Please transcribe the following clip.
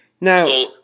Now